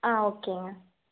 ஆ ஓகேங்க